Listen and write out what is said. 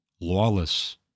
lawless